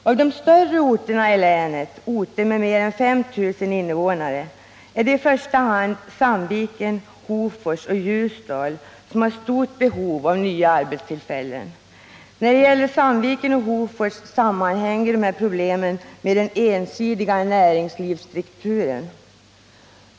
Av de större orterna i länet, orter med mer än 5 000 invånare, är det i första hand Sandviken, Hofors och Ljusdal som har stort behov av nya arbetstillfällen. När det gäller Sandviken och Hofors sammanhänger de här problemen med den ensidiga näringslivsstrukturen.